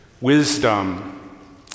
Wisdom